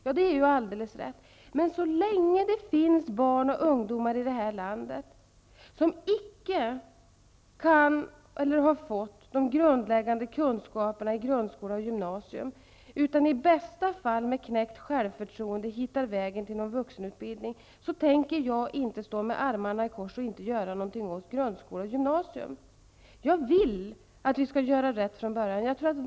Ja, det är alldeles riktigt, men så länge det finns barn och ungdomar i detta land som icke har fått de grundläggande kunskaperna i grundskola och gymnasium, som i bästa fall med knäckt självförtroende hittar vägen till någon vuxenutbildning, tänker jag inte stå med armarna i kors och inte göra någonting åt grundskola och gymnasium. Jag vill att vi skall göra rätt från början.